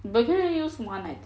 but can only use one I think